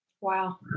Wow